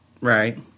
Right